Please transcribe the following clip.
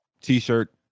T-shirt